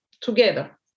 together